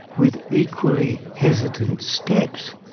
with equally hesitant steps,